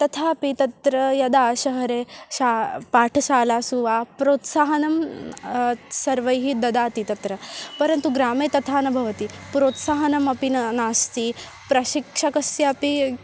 तथापि तत्र यदा शरीरे शालासु पाठशालासु वा प्रोत्साहनं सर्वैः ददाति तत्र परन्तु ग्रामे तथा न भवति प्रोत्साहनमपि न नास्ति प्रशिक्षकस्यापि